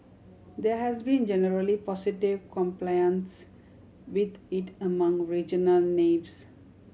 there has been generally positive compliance with it among regional navies